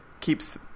keeps